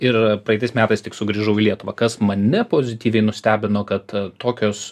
ir praeitais metais tik sugrįžau į lietuvą kas mane pozityviai nustebino kad tokios